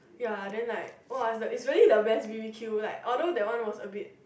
ya then like !wah! is the is really the best b_b_q lah although the one was a bit